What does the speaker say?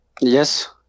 Yes